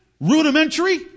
rudimentary